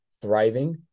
thriving